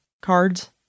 cards